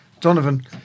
Donovan